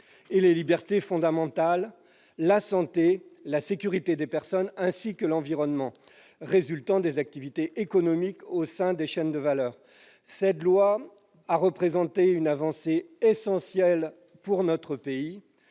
et les libertés fondamentales, la santé et la sécurité des personnes, ainsi que l'environnement » résultant des activités économiques au sein des chaînes de valeur. Cette loi a représenté une avancée essentielle pour notre pays